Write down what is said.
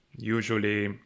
Usually